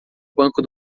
banco